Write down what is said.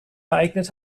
ereignet